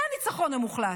זה הניצחון המוחלט,